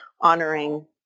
honoring